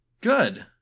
Good